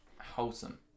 Wholesome